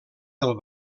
del